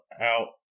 out